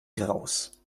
graus